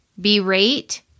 berate